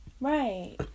Right